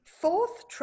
fourth